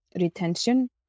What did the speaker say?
retention